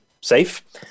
safe